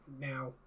now